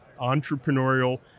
entrepreneurial